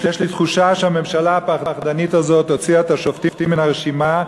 יש לי תחושה שהממשלה הפחדנית הזאת הוציאה את השופטים מן הרשימה,